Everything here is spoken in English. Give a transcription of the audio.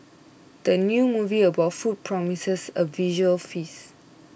the new movie about food promises a visual feast